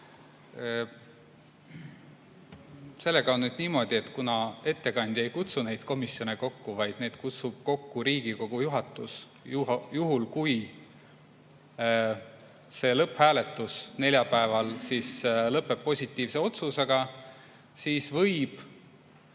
Sellega on nüüd niimoodi, et kuna ettekandja ei kutsu neid komisjone kokku, vaid need kutsub kokku Riigikogu juhatus, siis juhul, kui see lõpphääletus neljapäeval lõpeb positiivse otsusega, võib